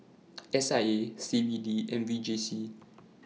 S I A C B D and V J C